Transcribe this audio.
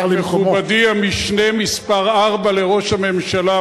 מכובדי המשנה מספר ארבע לראש הממשלה,